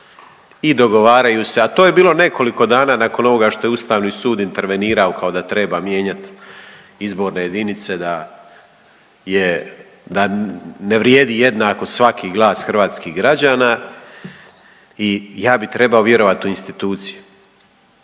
i dogovaraju se. A to je bilo nekoliko dana nakon ovoga što je Ustavni sud intervenirao kao da treba mijenjati izborne jedinice, da ne vrijedi jednako svaki glas hrvatskih građana i ja bih trebao vjerovati u institucije,